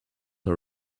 are